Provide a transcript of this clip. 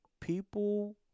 People